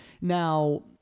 Now